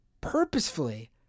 purposefully